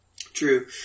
True